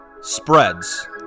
spreads